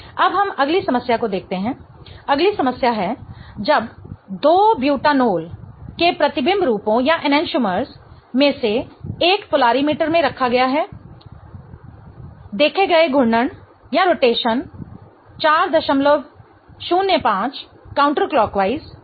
अब हम अगली समस्या को देखते हैं अगली समस्या है जब 2 बुटानोल के प्रतिबिंब रूपों एनेंटिओमर में से एक पोलारिमीटर में रखा गया है देखे गए घूर्णन rotation 405 counter clockwise degree counter clockwise है